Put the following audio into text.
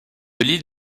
île